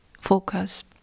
focus